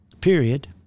period